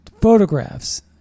photographs